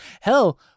Hell